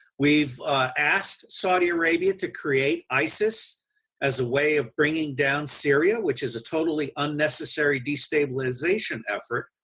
we've asked saudi arabia to create isis as a way of bringing down syria which is a totally unnecessary destabilization effort.